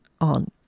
on